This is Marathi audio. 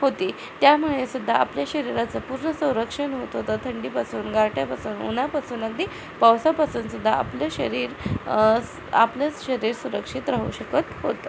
होती त्यामुळे सुद्धा आपल्या शरीराचं पूरं संरक्षण होत होतं थंडीपासून गारठ्यापासून उन्हापासून अगदी पावसापासून सुद्धा आपलं शरीर आपलं शरीर सुरक्षित राहू शकत होतं